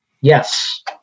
yes